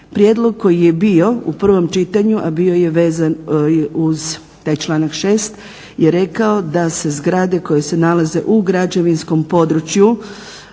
Prijedlog koji je bio u prvom čitanju, a bio je vezan uz taj članak 6. je rekao da se zgrade koje se nalaze u građevinskom području